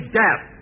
death